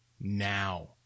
now